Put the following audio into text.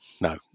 no